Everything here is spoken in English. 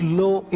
low